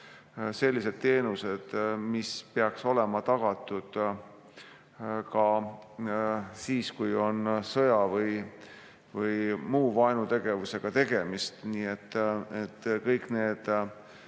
sellised teenused, mis peaks olema tagatud ka siis, kui on tegemist sõja või muu vaenutegevusega. Nii et kõik need